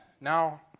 Now